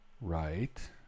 Right